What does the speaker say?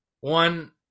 one